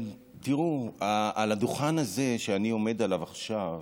תראו, על הדוכן הזה שאני עומד עליו עכשיו